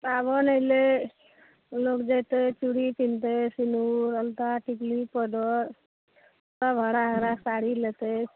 साओन अएलै लोक जएतै चूड़ी पिन्हतै सेनुर अलता टिकली पाउडर सब हरा हरा साड़ी लेतै